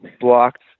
blocked